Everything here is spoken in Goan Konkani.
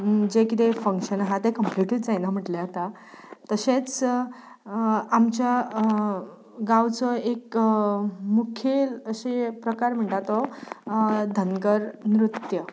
जें कितें फंक्शन आसा तें कम्पलीटूच जायना म्हटल्यार जाता तशेंच आमच्या गांवचो एक मुखेल अशे प्रकार म्हणटा तो धंगर नृत्य